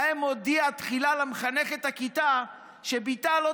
האם הודיעה תחילה למחנכת הכיתה שבתה לא